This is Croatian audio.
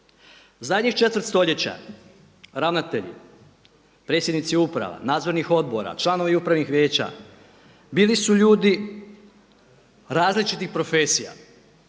Zadnjih četvrt stoljeća, ravnatelji, predsjednici uprava, nadzornih odbora, članovi upravnih vijeća bili su ljudi različitih profesija,